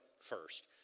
first